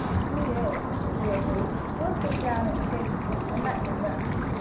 he is, sue agreed. we'll sit down in the shade with him, and let him rest.